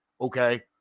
okay